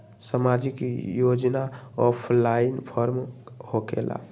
समाजिक योजना offline form होकेला?